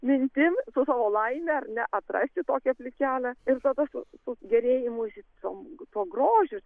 mintim su savo laime ar ne atrasti tokią plikelę ir tada su gėrėjimosi tuom tuo grožiu